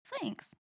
thanks